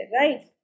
right